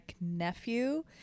nephew